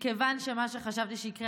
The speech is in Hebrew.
מכיוון שזה מה שחשבתי שיקרה,